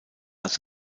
als